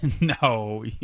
No